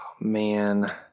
Man